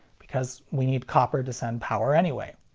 because we need copper to send power, anyway.